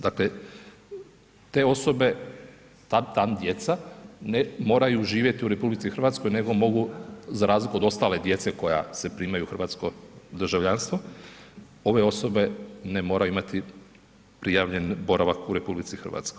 Dakle, te osobe ta djeca ne moraju živjeti u RH nego mogu za razliku od ostale djece koje se primaju u hrvatsko državljanstvo ove osobe ne moraju imati prijavljen boravak u RH.